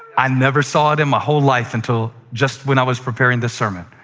i never saw it in my whole life until just when i was preparing this sermon.